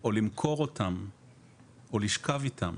או למכור אותם או לשכב איתם